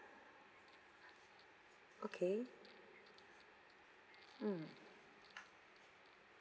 okay mm